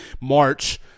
March